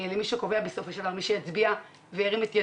למי שקובע בסופו של דבר, למי שיצביע וירים את ידו,